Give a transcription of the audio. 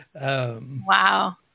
Wow